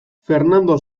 fernando